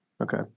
Okay